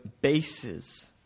bases